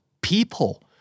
people